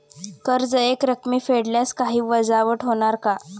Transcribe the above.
कर्ज एकरकमी फेडल्यास काही वजावट होणार का?